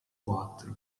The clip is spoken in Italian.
quattro